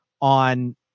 on